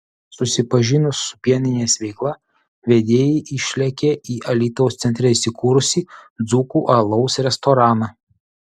susipažinus su pieninės veikla vedėjai išlėkė į alytaus centre įsikūrusį dzūkų alaus restoraną